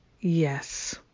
yes